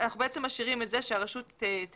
אנחנו בעצם משאירים את זה שהרשות תיידע